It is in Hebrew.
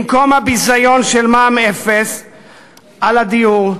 במקום הביזיון של מע"מ אפס על הדיור,